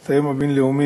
את היום הבין-לאומי